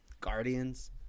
Guardians